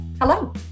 Hello